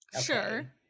Sure